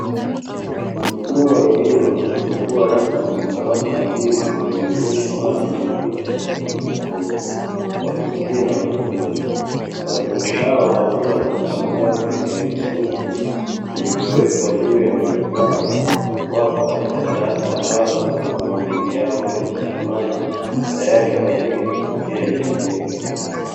Mfumo wa elimu usiokuwa rasmi ya watu wazima hujumuisha watu wenye rika tofauti tofauti wa kike na wa kiume wanafunzi hao wakiwa na vifaa vyao vya kielektroniki vilivyowekwa juu ya meza zao wapo katika darasa ambalo kuna mabegi yao, chupa za maji tayari kwa ajili ya kupokea elimu hiyo.